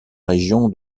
région